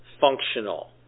Functional